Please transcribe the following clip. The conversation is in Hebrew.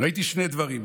ראיתי שני דברים: